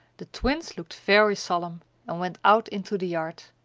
the twins looked very solemn and went out into the yard.